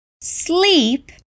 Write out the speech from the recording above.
sleep